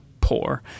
poor